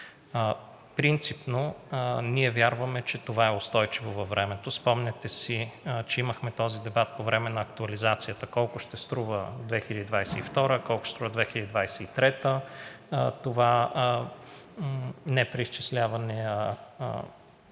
Принципно ние вярваме, че това е устойчиво във времето. Спомняте си, че имахме този дебат по време на актуализацията – колко ще струва 2022 г., колко ще струва 2023 г. това вдигане